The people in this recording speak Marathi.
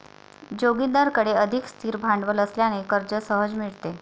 जोगिंदरकडे अधिक स्थिर भांडवल असल्याने कर्ज सहज मिळते